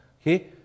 Okay